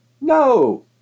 No